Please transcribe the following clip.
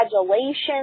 congratulations